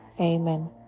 amen